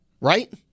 Right